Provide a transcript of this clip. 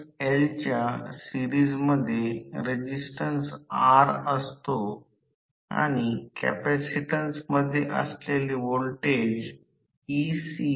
आमच्या समजण्याकरिता प्रथम रोटर ओपन सर्किट केलेले आहे आणि ते आणि स्टेटर हे एका पुरवठ्याशी जोडलेले आहे जेथे व्होल्टेज आणि वारंवारता दोन्ही स्थिर असतात